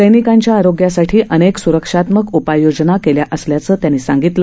सैनिकांच्या आरोग्यासाठी अनेक सुरक्षात्मक उपाययोजना केल्या असल्याचं त्यांनी सांगितलं